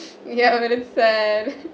ya very sad